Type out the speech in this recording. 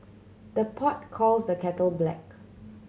the pot calls the kettle black